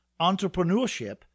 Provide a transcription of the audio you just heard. entrepreneurship